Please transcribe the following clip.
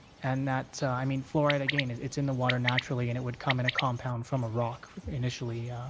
and that so i mean fluoride again it's it's in the water naturally and it would come in a compound from a rock initially.